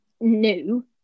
new